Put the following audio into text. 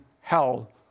hell